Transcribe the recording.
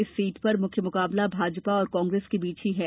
इस सीट पर मुख्य मुकाबला भाजपा और कांग्रेस के बीच ही है